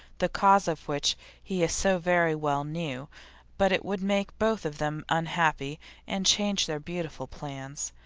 the cause of which he so very well knew but it would make both of them unhappy and change their beautiful plans,